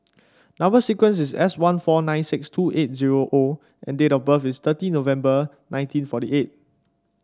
number sequence is S one four nine six two eight zero O and date of birth is thirty November nineteen forty eight